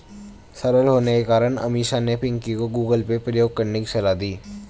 सरल होने के कारण अमीषा ने पिंकी को गूगल पे प्रयोग करने की सलाह दी